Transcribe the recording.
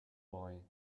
boy